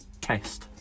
test